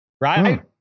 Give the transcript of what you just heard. right